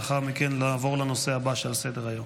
לאחר מכן נעבור לנושא הבא שעל סדר-היום.